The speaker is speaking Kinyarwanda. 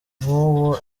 nguwo